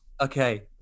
Okay